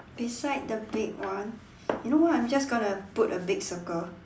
beside the big one you know what I'm just gonna put a big circle